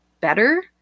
better